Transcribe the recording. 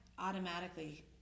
automatically